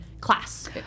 class